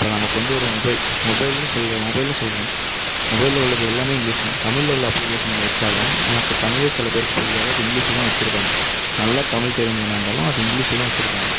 இப்போ நமக்கு வந்து ஒரு மொபைல் மொபைல்னு சொல்ல மொபைல்னு சொல்கிறோம் மொபைலில் உள்ளது எல்லாமே இங்கிலீஷ் தான் தமிழ்ல உள்ள அப்ளிக்கேஷன் வைச்சாலும் நமக்கு தமிழே சில பேருக்கு புரியாது அது இங்கிலீஷில் தான் வச்சுருப்பாங்க நல்லா தமிழ் தெரிஞ்சவனாக இருந்தாலும் அது இங்கிலீஷில் தான் வச்சுருப்பாங்க